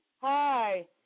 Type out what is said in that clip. Hi